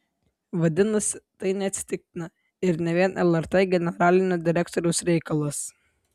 vadinasi tai neatsitiktina ir ne vien lrt generalinio direktoriaus reikalas